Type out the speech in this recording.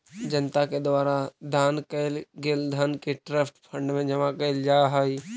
जनता के द्वारा दान कैल गेल धन के ट्रस्ट फंड में जमा कैल जा हई